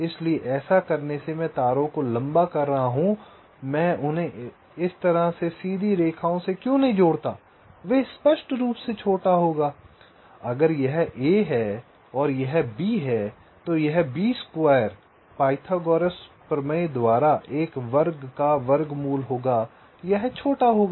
इसलिए ऐसा करने से मैं तारों को लंबा कर रहा हूं मैं उन्हें इस तरह से सीधी रेखाओं से क्यों नहीं जोड़ता वे स्पष्ट रूप से छोटा होगा अगर यह a है और यह b है तो यह b स्क्वायर पाइथागोरस प्रमेय द्वारा एक वर्ग का वर्गमूल होगा यह छोटा होगा